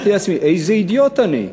איזה אידיוט אני,